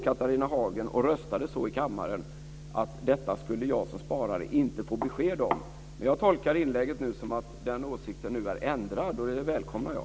Catharina Hagen röstade i kammaren så att detta skulle man som sparare inte få besked om. Jag tolkar det senaste inlägget så att den åsikten nu är ändrad, och det välkomnar jag.